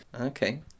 Okay